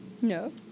No